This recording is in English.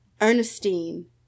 Ernestine